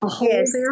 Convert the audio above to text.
Yes